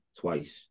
twice